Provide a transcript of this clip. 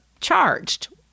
charged